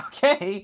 Okay